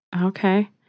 Okay